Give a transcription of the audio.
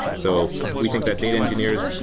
so we think that data engineers,